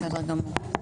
בסדר גמור.